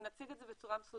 אם נציג את זה בצורה מסודרת